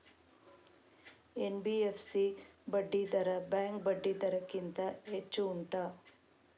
NBFC ಬಡ್ಡಿ ದರ bank ಬಡ್ಡಿ ದರ ಗಿಂತ ಹೆಚ್ಚು ಉಂಟಾ